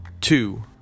two